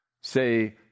say